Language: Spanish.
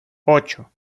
ocho